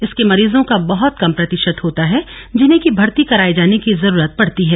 इसके मरीजों का बहत कम प्रतिशत होता है जिन्हें कि भर्ती कराए जाने की जरूरत पड़ती है